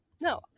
No